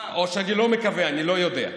או שאני לא מקווה, אני לא יודע.